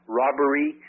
robbery